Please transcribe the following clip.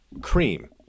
Cream